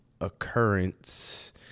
occurrence